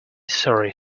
sorry